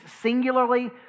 singularly